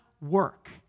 work